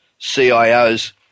CIOs